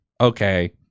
okay